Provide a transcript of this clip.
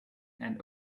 and